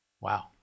Wow